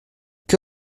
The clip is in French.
que